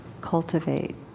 cultivate